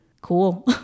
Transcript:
cool